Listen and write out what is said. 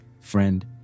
Friend